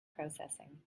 processing